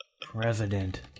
president